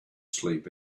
sleep